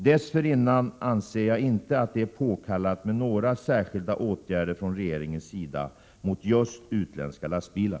Dessförinnan anser jag inte att det är påkallat med några särskilda åtgärder från regeringens sida mot just utländska lastbilar.